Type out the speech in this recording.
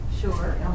Sure